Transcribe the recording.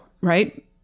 right